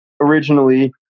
Originally